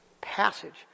passage